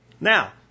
Now